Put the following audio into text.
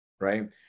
right